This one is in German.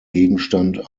gegenstand